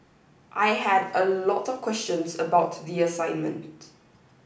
I had a lot of questions about the assignment